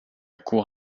cour